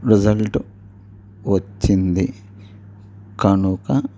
result వచ్చింది కనుక